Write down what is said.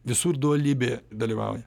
visur dualybė dalyvauja